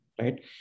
right